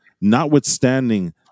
notwithstanding